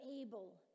able